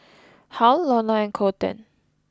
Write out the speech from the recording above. Hal Lorna and Colten